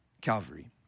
Calvary